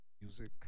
music